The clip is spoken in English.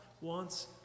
wants